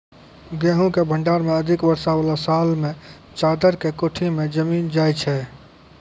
गेहूँ के भंडारण मे अधिक वर्षा वाला साल मे चदरा के कोठी मे जमीन जाय छैय?